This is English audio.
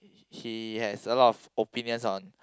he has a lot of opinions on